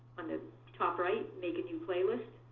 on the top right make a new playlist.